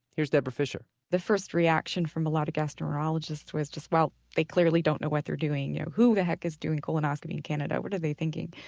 here's deborah fisher the first reaction from a lot of gastroenterologists was just, well, they clearly don't know what they're doing. yeah who the heck is doing colonoscopy in canada what are they thinking?